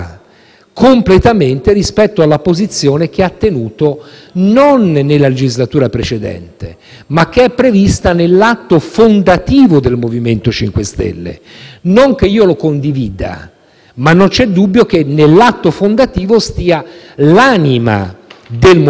a quella prevista nell'atto fondativo del MoVimento 5 Stelle. Non che io lo condivida, ma non c'è dubbio che nell'atto fondativo stia l'anima del MoVimento 5 Stelle, obbligato a ruotare per difendere il Vice Presidente del Consiglio.